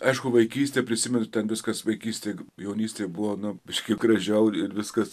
aišku vaikystę prisimenat ten viskas vaikystėj jaunystėj buvo nu biškį gražiau ir viskas